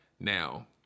Now